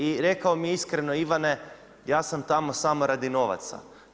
I rekao mi je iskreno Ivane ja sam tamo samo radi novaca.